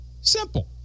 Simple